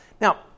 Now